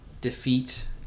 defeat